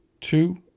Two